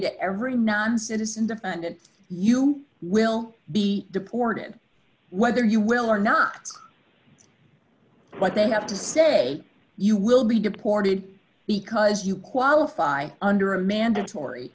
to every non citizen that you will be deported whether you will or not but they have to say you will be deported because you qualify under a mandatory